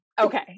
okay